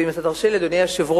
ואם אתה תרשה לי, אדוני היושב-ראש,